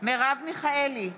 מרב מיכאלי,